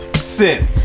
Sin